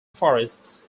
forests